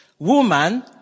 Woman